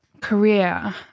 career